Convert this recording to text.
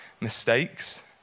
mistakes